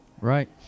Right